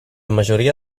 majoria